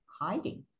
hiding